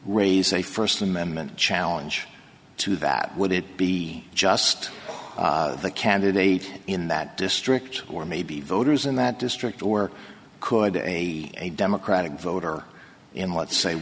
raise a first amendment challenge to that would it be just the candidate in that district or maybe voters in that district or could a democratic voter in let's say